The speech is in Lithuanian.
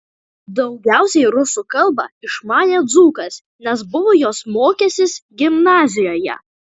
daugiausiai rusų kalbą išmanė dzūkas nes buvo jos mokęsis gimnazijoje